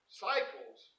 Cycles